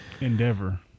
endeavor